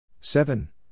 seven